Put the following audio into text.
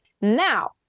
now